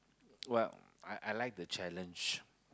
what I I like the challenge